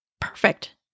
Perfect